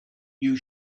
you